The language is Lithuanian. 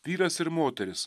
vyras ir moteris